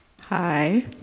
Hi